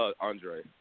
Andre